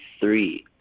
three